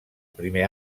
primer